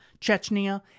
Chechnya